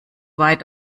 weit